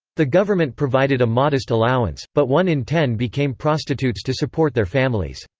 the government provided a modest allowance, but one in ten became prostitutes to support their families.